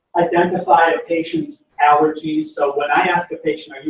identify a patient's allergy. so when i ask a patient, i mean